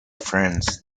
friends